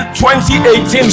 2018